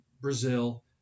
Brazil